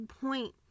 point